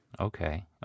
Okay